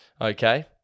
Okay